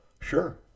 Sure